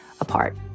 apart